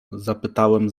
zapytałem